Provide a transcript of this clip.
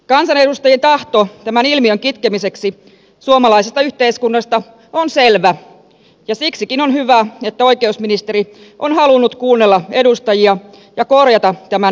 kansanedustajien tahto tämän ilmiön kitkemiseksi suomalaisesta yhteiskunnasta on selvä ja siksikin on hyvä että oikeusministeri on halunnut kuunnella edustajia ja korjata tämän epäkohdan